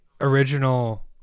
original